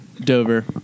Dover